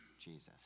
Jesus